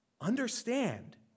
understand